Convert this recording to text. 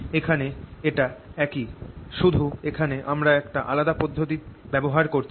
এখানে এটা একই শুধু এখানে আমরা একটা আলাদা পদ্ধতি ব্যবহার করেছি